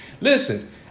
Listen